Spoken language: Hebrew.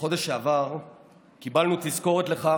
בחודש שעבר קיבלנו תזכורת לכך,